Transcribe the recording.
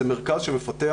זה מרכז שמפתח,